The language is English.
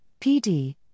PD